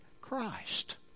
Christ